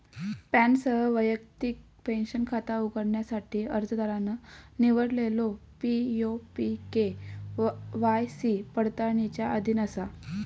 पॅनसह वैयक्तिक पेंशन खाता उघडण्यासाठी अर्जदारान निवडलेलो पी.ओ.पी के.वाय.सी पडताळणीच्या अधीन असा